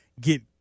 get